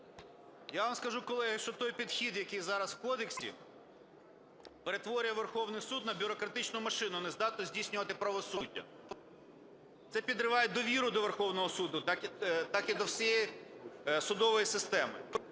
Я вам скажу, колеги, що той підхід, який зараз в кодексі, перетворює Верховний Суд на бюрократичну машину, не здатну здійснювати правосуддя. Це підриває довіру до Верховного Суду, так і до всієї судової системи.